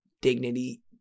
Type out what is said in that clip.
dignity